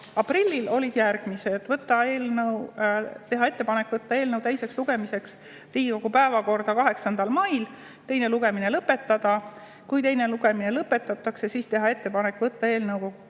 aprillil, on järgmised: teha ettepanek võtta eelnõu teiseks lugemiseks Riigikogu päevakorda 8. mail; teine lugemine lõpetada; kui teine lugemine lõpetatakse, siis teha ettepanek võtta eelnõu täiskogu